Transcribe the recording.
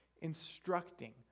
instructing